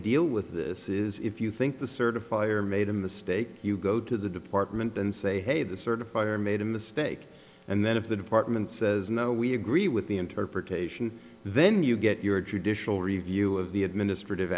deal with this is if you think the certifier made a mistake you go to the department and say hey the certifier made a mistake and then if the department says no we agree with the interpretation then you get your judicial review of the administrative